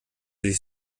sich